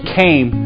came